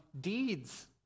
deeds